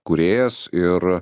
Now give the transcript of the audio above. kūrėjas ir